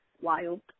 wild